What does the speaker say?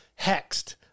hexed